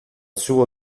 suo